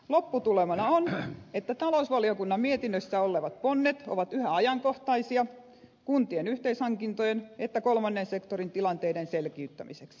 lopputulemana on että talousvaliokunnan mietinnössä olevat ponnet ovat yhä ajankohtaisia sekä kuntien yhteishankintojen että kolmannen sektorin tilanteiden selkiyttämiseksi